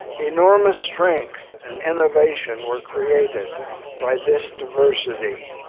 enormous strength and innovation were created by this diversity.